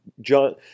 John